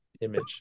image